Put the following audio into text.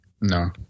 No